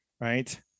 right